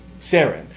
Saren